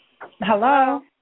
Hello